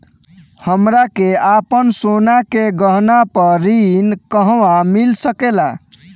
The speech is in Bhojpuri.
हमरा के आपन सोना के गहना पर ऋण कहवा मिल सकेला?